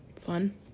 fun